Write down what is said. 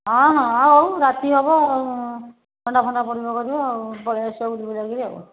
ହଁ ହଁ ହ ହଉ ରାତି ହବ ଆଉ ଥଣ୍ଡା ଫଣ୍ଡା ପଡ଼ିବ କରିବ ଆଉ ପଳାଇ ଆସିବ ବୁଲିବୁଲାକିରି ଆଉ